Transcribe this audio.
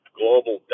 global